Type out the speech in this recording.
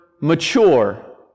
mature